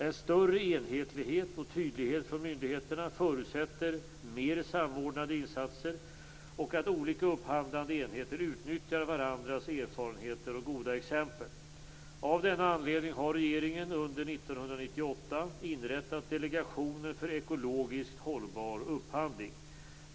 En större enhetlighet och tydlighet från myndigheterna förutsätter mer samordnade insatser och att olika upphandlande enheter utnyttjar varandras erfarenheter och goda exempel. Av denna anledning har regeringen under 1998 inrättat Delegationen för ekologiskt hållbar upphandling.